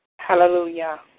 Hallelujah